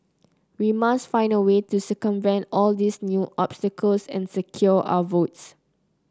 we must find a way to circumvent all these new obstacles and secure our votes